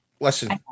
Listen